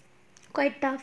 quite tough